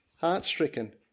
heart-stricken